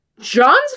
John's